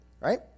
right